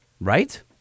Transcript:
Right